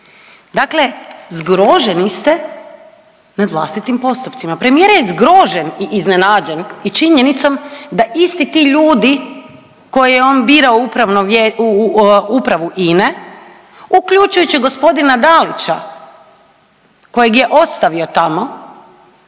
Dakle, zgroženi ste nad vlastitim postupcima. Premijer je zgrožen i iznenađen i činjenicom da isti ti ljudi koje je on birao u Upravu INA-e uključujući g. Dalića kojeg je ostavio tamo,